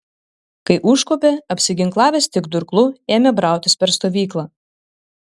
kai užkopė apsiginklavęs tik durklu ėmė brautis per stovyklą